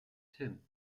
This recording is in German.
tim